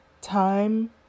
time